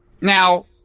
Now